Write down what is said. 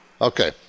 Okay